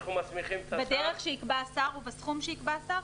אנחנו מסמיכים את השר --- בדרך שיקבע השר ובסכום שיקבע השר?